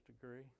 degree